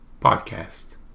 Podcast